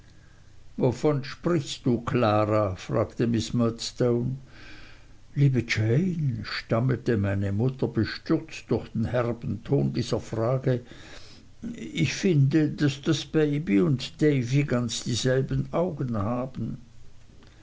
wovon sprichst du klara fragte miß murdstone liebe jane stammelte meine mutter bestürzt durch den herben ton dieser frage ich finde daß das baby und davy ganz dieselben augen haben